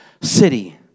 city